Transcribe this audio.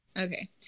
Okay